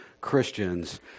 Christians